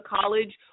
college